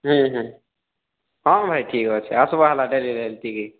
ହୁଁ ହୁଁ ହଁ ଭାଇ ଠିକ୍ ଅଛେ ଆସ୍ବା ହେଲେ ଡେରିରେ ଏନ୍ତିକି